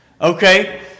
Okay